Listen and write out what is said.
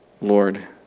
Lord